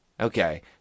Okay